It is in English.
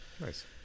Nice